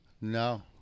No